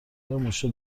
موشا